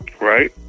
Right